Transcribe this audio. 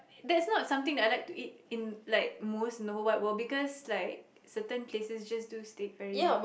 that's not something that I like to eat in like most the whole wide world because like certain places just do steak very